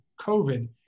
COVID